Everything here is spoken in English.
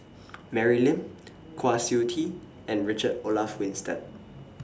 Mary Lim Kwa Siew Tee and Richard Olaf Winstedt